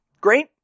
Great